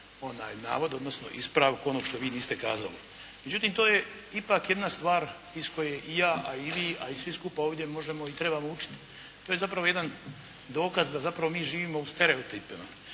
navod, odnosno ispravku onog što vi niste kazali. Međutim, to je ipak jedna stvar iz koje i ja, a i vi, a i svi skupa ovdje možemo i trebamo učiti. To je zapravo jedan dokaz da zapravo mi živimo u stereotipu,